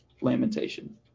lamentation